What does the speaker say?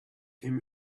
him